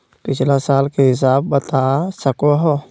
पिछला साल के हिसाब बता सको हो?